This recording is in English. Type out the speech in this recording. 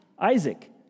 Isaac